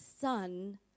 son